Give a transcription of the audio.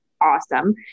awesome